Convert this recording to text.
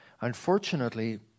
Unfortunately